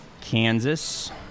Kansas